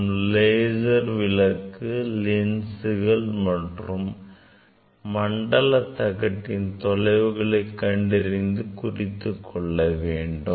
நாம் லேசர் விளக்கு லென்ஸ்கள் மற்றும் மண்டல தகட்டின் தொலைவுகளை கண்டறிந்து குறித்துக்கொள்ள வேண்டும்